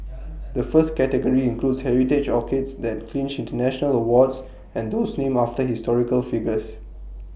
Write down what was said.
the first category includes heritage orchids that clinched International awards and those named after historical figures